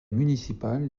municipal